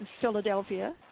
Philadelphia